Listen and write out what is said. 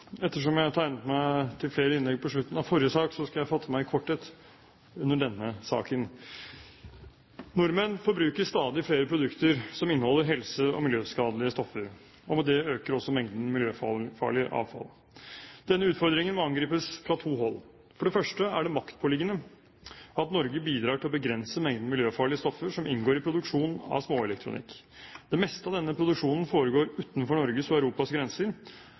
Ettersom jeg tegnet meg til flere innlegg på slutten av forrige sak, skal jeg fatte meg i korthet under denne saken. Nordmenn forbruker stadig flere produkter som inneholder helse- og miljøskadelige stoffer, og med det øker også mengden miljøfarlig avfall. Denne utfordringen må angripes fra to hold. For det første er det maktpåliggende at Norge bidrar til å begrense mengden miljøfarlige stoffer som inngår i produksjon av småelektronikk. Det meste av denne produksjonen foregår utenfor Norges og Europas grenser.